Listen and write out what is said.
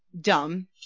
dumb